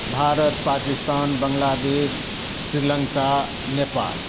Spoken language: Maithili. भारत पाकिस्तान बांग्लादेश श्रीलंका नेपाल